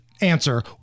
answer